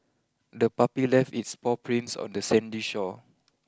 the puppy left its paw prints on the sandy shore